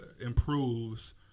improves